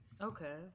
Okay